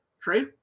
trey